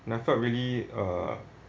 and I felt really uh